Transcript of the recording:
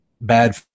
bad